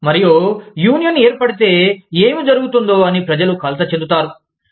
మరియు యూనియన్ ఏర్పడితే ఏమి జరుగుతుందో అని ప్రజలు కలత చెందుతారు